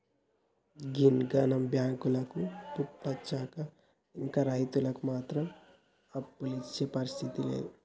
గిన్నిగనం బాంకులు పుట్టుకొచ్చినా ఇంకా రైతులకు మాత్రం అప్పులిచ్చే పరిస్థితి లేదు